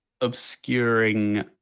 obscuring